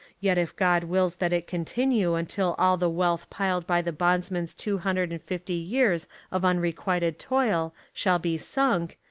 yet if god wills that it continue until all the wealth piled by the bondsman's two hundred and fifty years of un requited toll shall be sunk,